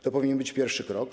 To powinien być pierwszy krok.